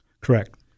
Correct